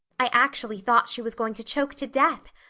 i actually thought she was going to choke to death.